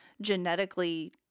Genetically